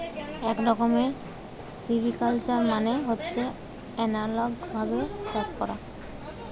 এক রকমের সিভিকালচার মানে হচ্ছে এনালগ ভাবে চাষ করা